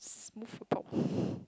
move